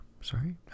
Sorry